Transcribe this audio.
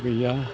गैया